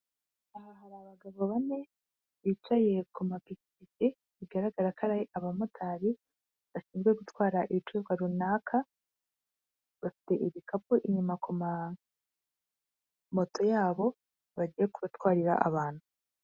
Aha hari abagabo bane bicaye ku mapikipiki bigaragara ko ari abamotari, bashinzwe gutwara ibicuruzwa runaka bafite ibikapu inyuma ku ma moto y'abo bagiye gutwarira abantu.